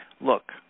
look